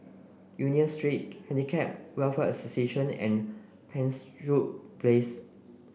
Union Street Handicap Welfare Association and Penshurst Place